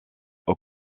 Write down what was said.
aux